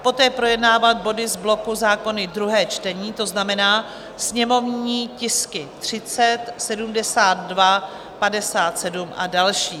Poté projednávat body z bloku Zákony druhé čtení, to znamená sněmovní tisky 30, 72, 57 a další.